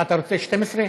אתה רוצה 12?